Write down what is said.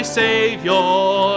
savior